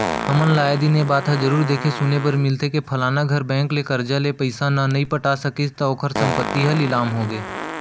हमन ल आय दिन ए बात ह जरुर देखे सुने बर मिलथे के फलाना घर बेंक ले करजा ले पइसा न नइ पटा सकिस त ओखर संपत्ति ह लिलाम होगे